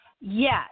Yes